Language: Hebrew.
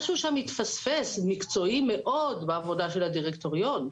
משהו מקצועי מאוד התפספס שם בעבודה של הדירקטוריון,